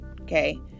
Okay